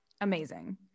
Amazing